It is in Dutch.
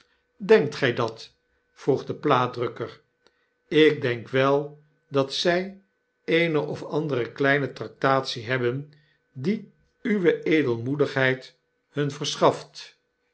denkt gij dat vroeg de plaatdrukker ik denk wel dat zij eene of andere kleine traktatie hebben die uwe edelmoedigheid hun verschaft